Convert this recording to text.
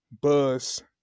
buzz